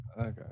okay